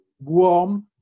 warm